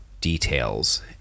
details